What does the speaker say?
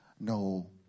no